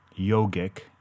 yogic